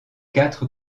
quatre